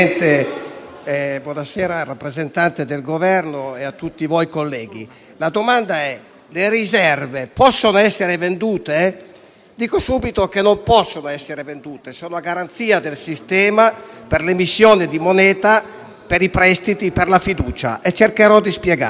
Presidente, rappresentante del Governo, colleghi, la domanda è la seguente: le riserve possono essere vendute? Dico subito che non possono esserlo perché sono a garanzia del sistema per l'emissione di moneta per i prestiti e per la fiducia. Cercherò di spiegarlo.